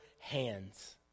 hands